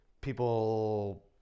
People